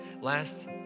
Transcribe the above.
Last